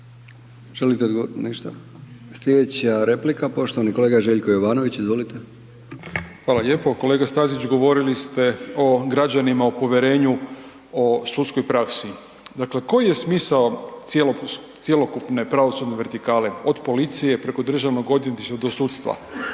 Želite li? Ništa. Sljedeća replika poštovani kolega Željko Jovanović. Izvolite. **Jovanović, Željko (SDP)** Hvala lijepo. Kolega Stazić govorili ste o građanima o povjerenju o sudskoj praksi, dakle koji je smisao cjelokupne pravosudne vertikale od policije preko DORH-a do sudstva?